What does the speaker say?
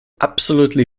absolutely